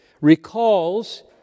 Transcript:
recalls